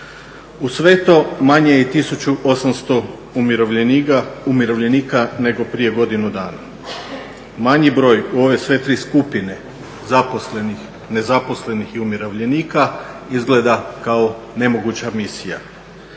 Uz sve to manje je 1800 umirovljenika nego prije godinu dana. Manji broj u ove sve tri skupine zaposlenih, nezaposlenih i umirovljenika izgleda kao nemoguća misija.